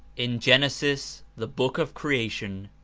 in genesis, the book of creation,